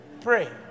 Pray